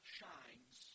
shines